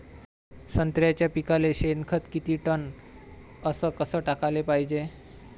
संत्र्याच्या पिकाले शेनखत किती टन अस कस टाकाले पायजे?